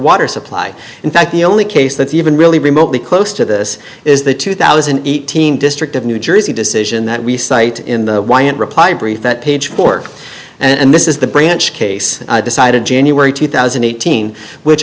water supply in fact the only case that's even really remotely close to this is the two thousand and eighteen district of new jersey decision that we cite in the why and reply brief that page four and this is the branch case decided january two thousand and eighteen which